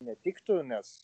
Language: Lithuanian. netiktų nes